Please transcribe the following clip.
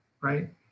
right